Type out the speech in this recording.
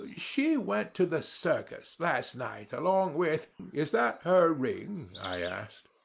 ah she went to the circus last night along with is that her ring? i asked.